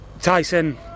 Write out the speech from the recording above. Tyson